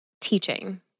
teaching